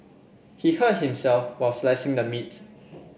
he hurt himself while slicing the meats